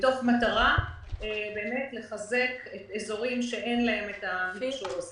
זאת מתוך מטרה לחזק אזורים שאין להם המכשור הזה.